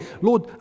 Lord